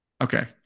Okay